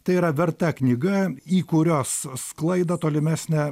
tai yra verta knyga į kurios sklaidą tolimesnę